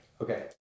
Okay